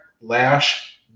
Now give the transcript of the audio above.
lash